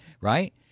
right